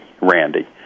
Randy